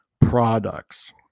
products